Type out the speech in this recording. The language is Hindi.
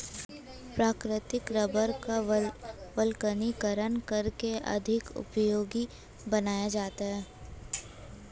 प्राकृतिक रबड़ का वल्कनीकरण करके अधिक उपयोगी बनाया जाता है